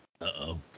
Uh-oh